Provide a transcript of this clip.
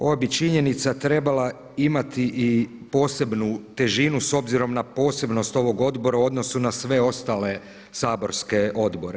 Ova bi činjenica trebala imati i posebnu težinu s obzirom na posebnost ovog odbora u odnosu na sve ostale saborske odbore.